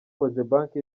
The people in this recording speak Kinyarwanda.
cogebanque